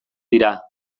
dira